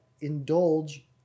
indulge